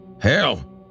Hell